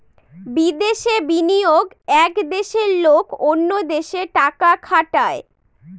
বিদেশে বিনিয়োগ এক দেশের লোক অন্য দেশে টাকা খাটায়